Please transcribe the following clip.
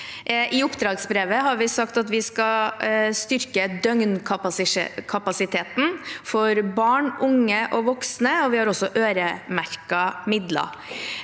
I oppdragsbrevet har vi sagt at vi skal styrke døgnkapasiteten for barn, unge og voksne, og vi har også øremerket midler.